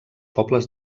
pobles